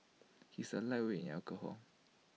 he is A lightweight in alcohol